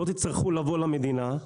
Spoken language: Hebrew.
לא תצטרכו לבוא למדינה,